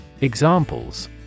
Examples